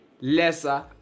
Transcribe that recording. lesser